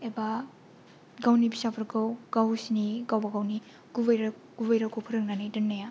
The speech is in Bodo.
एबा गावनि फिसाफोरखौ गावसोरनि गावबा गावनि गुबै राव गुबै रावखौ फोरोंनानै दोननाया